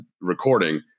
recording